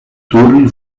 torri